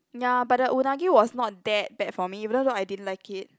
ya but the unagi was not that bad for me even though I didn't like it